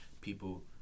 people